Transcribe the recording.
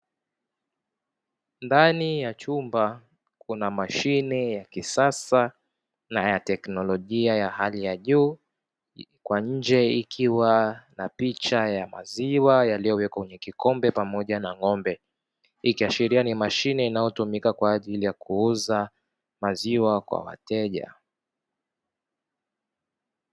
Ndani ya chumba kuna mashine ya kisasa na ya teknolojia ya hali ya juu, kwa nje ikiwa na picha ya maziwa yaliyowekwa kwenye kikombe pamoja na ng'ombe; ikiashiria ni mashine inayotumika kwa ajili ya kuuza maZiwa kwa wateja.